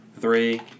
Three